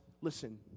Listen